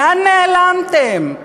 לאן נעלמתם?